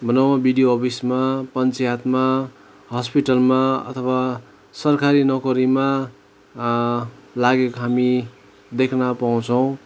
भनौँ बिडियो अफिसमा पञ्चायतमा हस्पिटलमा अथवा सरकारी नौकरीमा लागेको हामी देख्नपाउँछौँ